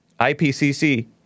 IPCC